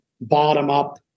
bottom-up